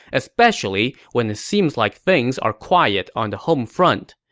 especially when it seems like things are quiet on the homefront.